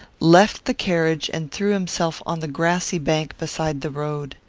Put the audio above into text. left the carriage and threw himself on the grassy bank beside the road.